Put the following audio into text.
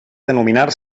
denominar